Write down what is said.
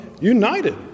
united